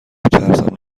ترسم